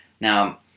Now